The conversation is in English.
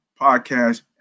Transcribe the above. podcast